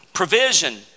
Provision